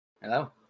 Hello